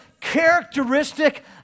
characteristic